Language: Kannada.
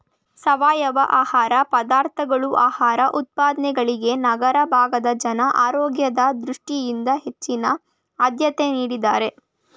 ಸಾವಯವ ಆಹಾರ ಪದಾರ್ಥಗಳು ಆಹಾರ ಉತ್ಪನ್ನಗಳಿಗೆ ನಗರ ಭಾಗದ ಜನ ಆರೋಗ್ಯದ ದೃಷ್ಟಿಯಿಂದ ಹೆಚ್ಚಿನ ಆದ್ಯತೆ ನೀಡಿದ್ದಾರೆ